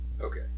Okay